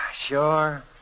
Sure